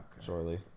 Shortly